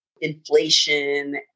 inflation